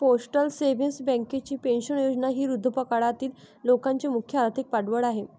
postal savings बँकेची pension योजना ही वृद्धापकाळातील लोकांचे मुख्य आर्थिक पाठबळ आहे